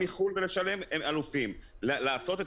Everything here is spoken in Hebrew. --- מחו"ל ומשלם הם אלופים; לעשות את